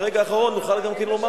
על התנהגות שופט בתקופה שקדמה למינויו,